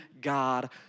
God